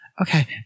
Okay